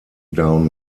down